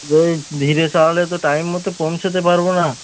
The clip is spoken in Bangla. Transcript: এই ধীরে চালালে তো টাইম মতো পৌঁছোতে পারব না